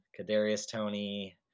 Kadarius-Tony